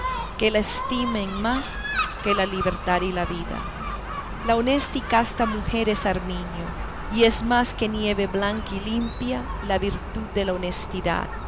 que la estima en más que la libertad y la vida la honesta y casta mujer es arminio y es más que nieve blanca y limpia la virtud de la honestidad